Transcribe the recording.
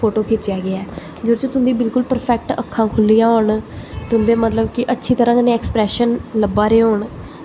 photo खिच्चेआ गेआ ऐ जेह्दे च तुं'दी बिल्कुल परफेक्ट अक्खां खु'ल्ली जान तुं'दे मतलब कि अच्छी तरहां कन्नै एक्सप्रेशन लब्भा दे होन